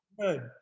good